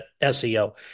SEO